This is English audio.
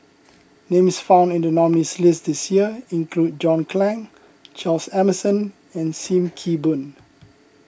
names found in the nominees' list this year include John Clang Charles Emmerson and Sim Kee Boon